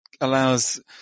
allows